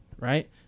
right